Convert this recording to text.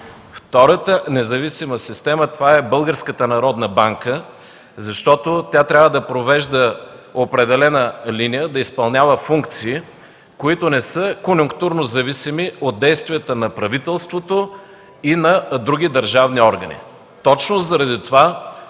Втората независима система е Българската народна банка, защото тя трябва да провежда определена линия, да изпълнява функции, които не са конюнктурно зависими от действията на правителството и на други държавни органи. Точно заради това